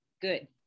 good